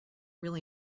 really